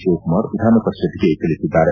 ಶಿವಕುಮಾರ್ ವಿಧಾನಪರಿಷತ್ತಿಗೆ ತಿಳಿಸಿದ್ದಾರೆ